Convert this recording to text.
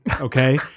Okay